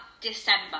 December